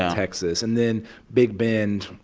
texas. and then big bend,